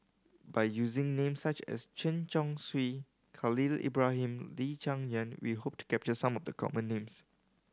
by using names such as Chen Chong Swee Khalil Ibrahim Lee Cheng Yan we hope to capture some of the common names